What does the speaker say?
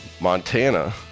montana